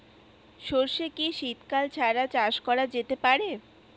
সর্ষে কি শীত কাল ছাড়া চাষ করা যেতে পারে?